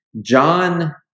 John